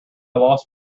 lost